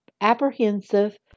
apprehensive